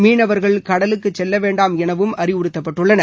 மீனவர்கள் கடலுக்கு செல்ல வேண்டாம் என அறிவுறுத்தப்பட்டுள்ளனர்